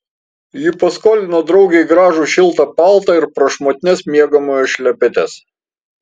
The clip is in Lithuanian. ji paskolino draugei gražų šiltą paltą ir prašmatnias miegamojo šlepetes